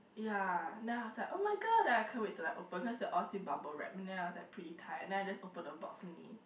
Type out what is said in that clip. ya then I was like [oh]-my-god then I can't wait to like open then I see all still bubble wrap then I was like pretty tired then I just open the box only